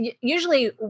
Usually